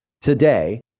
Today